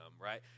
right